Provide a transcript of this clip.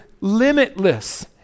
limitless